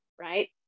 right